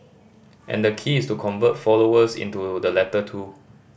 and the key is to convert followers into the latter two